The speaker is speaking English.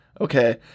Okay